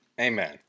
Amen